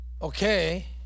Okay